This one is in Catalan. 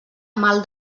mal